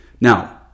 now